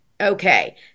Okay